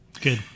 Good